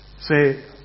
say